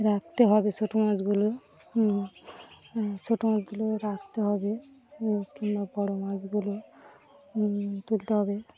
রাখতে হবে ছোটো মাছগুলো ছোটো মাছগুলো রাখতে হবে কিংবা বড়ো মাছগুলো তুলতে হবে